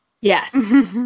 Yes